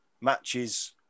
matches